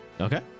Okay